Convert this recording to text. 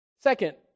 second